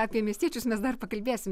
apie miestiečius mes dar pakalbėsim